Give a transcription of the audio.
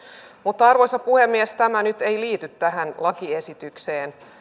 mutta arvoisa puhemies tämä nyt ei liity tähän lakiesitykseen